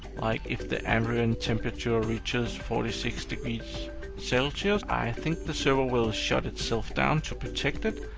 like if the ambient temperature reaches forty six degrees celsius, i think the server will shut itself down to protect it.